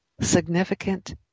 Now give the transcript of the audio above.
significant